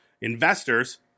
investors